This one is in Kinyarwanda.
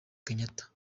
kenyatta